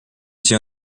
asi